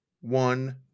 one